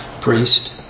priest